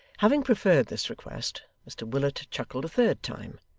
having preferred this request, mr willet chuckled a third time,